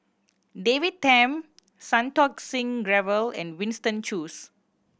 David Tham Santokh Singh Grewal and Winston Choos